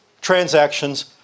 transactions